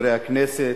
חברי הכנסת,